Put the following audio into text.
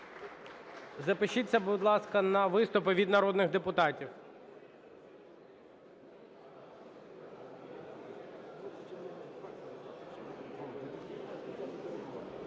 Запишіться, будь ласка, на виступи від народних депутатів.